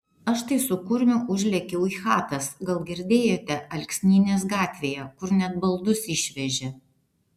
aš tai su kurmiu užlėkiau į chatas gal girdėjote alksnynės gatvėje kur net baldus išvežė